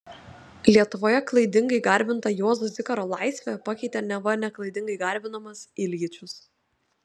lietuvoje klaidingai garbintą juozo zikaro laisvę pakeitė neva neklaidingai garbinamas iljičius